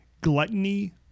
gluttony